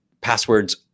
passwords